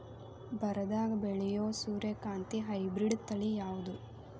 ಬರದಾಗ ಬೆಳೆಯೋ ಸೂರ್ಯಕಾಂತಿ ಹೈಬ್ರಿಡ್ ತಳಿ ಯಾವುದು?